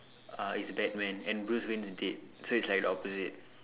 uh is Batman and Bruce Wayne is dead so it's like the opposite